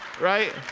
Right